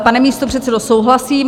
Pane místopředsedo, souhlasím.